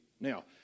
Now